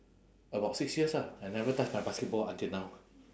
about six years ah I never touch my basketball until now